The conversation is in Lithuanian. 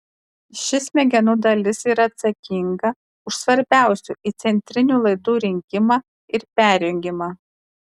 ši smegenų dalis yra atsakinga už svarbiausių įcentrinių laidų rinkimą ir perjungimą